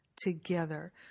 together